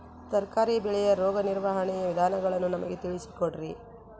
ತರಕಾರಿ ಬೆಳೆಯ ರೋಗ ನಿರ್ವಹಣೆಯ ವಿಧಾನಗಳನ್ನು ನಮಗೆ ತಿಳಿಸಿ ಕೊಡ್ರಿ?